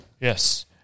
Yes